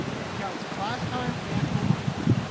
that counts class time and homework time.